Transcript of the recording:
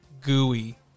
gooey